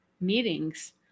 meetings